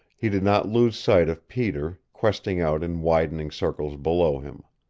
he did not lose sight of peter, questing out in widening circles below him.